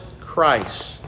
Christ